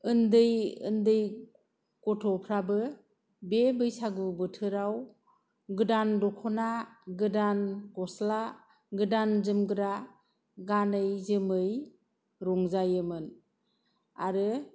उन्दै उन्दै गथ'फोराबो बे बैसागु बोथोराव गोदान दखना गोदान गस्ला गोदान जोमग्रा गानै जोमै रंजायोमोन आरो